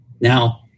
Now